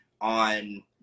on